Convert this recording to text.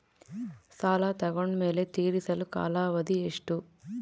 ಸಾಲ ತಗೊಂಡು ಮೇಲೆ ತೇರಿಸಲು ಕಾಲಾವಧಿ ಎಷ್ಟು?